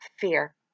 fear